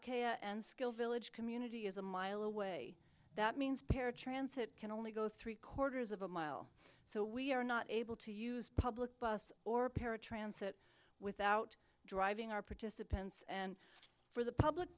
and skill village community is a mile away that means paratransit can only go three quarters of a mile so we are not able to use public bus or paratransit without driving our participants and for the public